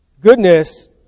Goodness